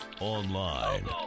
Online